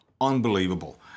unbelievable